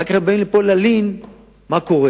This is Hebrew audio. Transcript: אחר כך הם באים לפה להלין על מה שקורה.